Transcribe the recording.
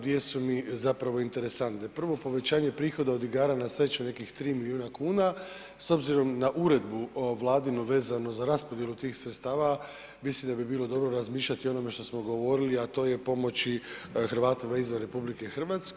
Dvije su mi zapravo interesantne, prvo povećanje prihoda od igara na sreću nekih 3 miliona kuna, s obzirom na uredbu vladinu vezano za raspodjelu tih sredstava mislim da bi bilo dobro razmišljati i o onome što smo govorili, a to je pomoći Hrvatima izvan RH.